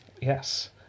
Yes